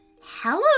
Hello